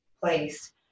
place